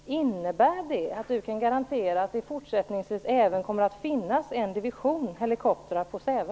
Innebär det att Ulf Kero kan garantera att det även i fortsättningen kommer att finnas en division helikoptrar på Säve?